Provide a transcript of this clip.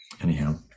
anyhow